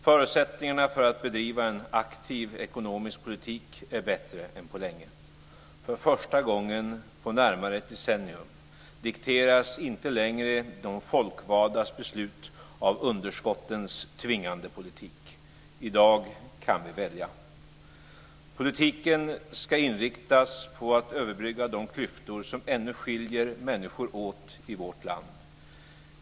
Förutsättningarna för att bedriva en aktiv ekonomisk politik är bättre än på länge. För första gången på närmare ett decennium dikteras inte längre de folkvaldas beslut av underskottens tvingande politik. I dag kan vi välja. Politiken ska inriktas på att överbrygga de klyftor som ännu skiljer människor åt i vårt land.